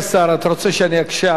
אתה רוצה שאני אקשה עליך?